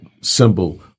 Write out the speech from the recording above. symbol